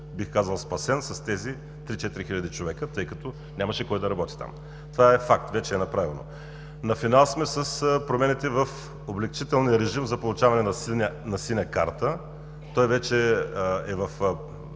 бих казал спасен с тези три четири хиляди човека, тъй като нямаше кой да работи там. Това е факт, вече е направено. На финал сме с промените в облекчителния режим за получаване на синя карта, той вече е в